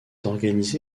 organisé